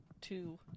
two